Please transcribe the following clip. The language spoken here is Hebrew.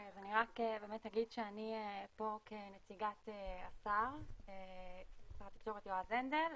אני רק אגיד שאני פה כנציגת שר התקשורת יועז הנדל,